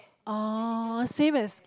orh same as